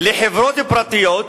לחברות פרטיות,